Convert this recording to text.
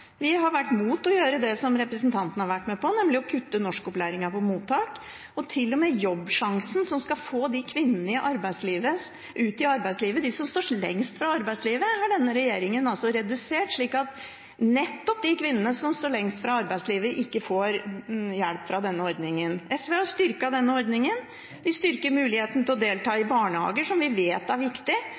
Vi har vært imot å gjøre det som representanten har vært med på, nemlig å kutte norskopplæringen på mottakene. Til og med Jobbsjansen, som skal få de kvinnene som står lengst fra arbeidslivet, ut i arbeidslivet, har denne regjeringen redusert, slik at nettopp de kvinnene som står lengst fra arbeidslivet, ikke får hjelp fra denne ordningen. SV har styrket denne ordningen. Vi styrker muligheten til å gå i barnehage, som vi vet er viktig